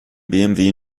bmw